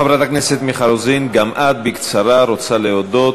חברת הכנסת מיכל רוזין, גם את רוצה להודות,